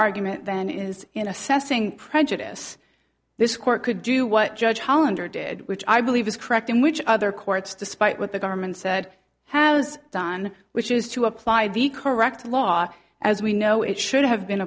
argument then is in assessing prejudice this court could do what judge calendar did which i believe is correct in which other courts despite what the government said has done which is to apply the correct law as we know it should have been